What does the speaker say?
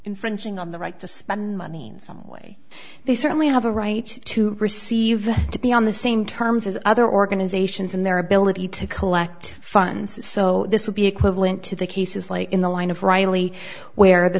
infringing on the right to spend money in some way they certainly have a right to perceive it to be on the same terms as other organizations in their ability to collect funds so this would be equivalent to the cases like in the line of reilly where the